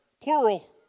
Plural